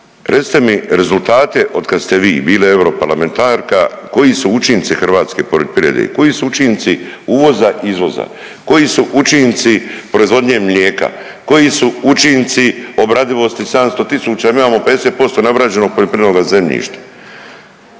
recite mi rezultate od kad ste vi bili europarlamentarka koji su učinci hrvatske poljoprivrede, koji su učinci uvoza-izvoza, koji su učinci proizvodnje mlijeka, koji su učinci obradivosti 700.000 mi imamo 50% neobrađenog poljoprivrednoga zemljišta